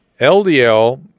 LDL